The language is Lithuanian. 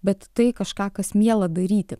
bet tai kažką kas miela daryti